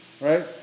right